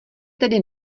tedy